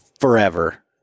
forever